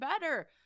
better